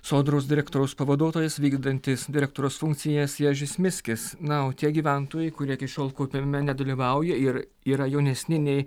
sodros direktoriaus pavaduotojas vykdantis direktoriaus funkcijas ježis miskis na o tie gyventojai kurie iki šiol kaupime nedalyvauja ir yra jaunesni nei